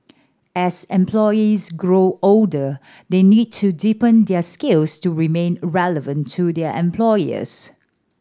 as employees grow older they need to deepen their skills to remain relevant to their employers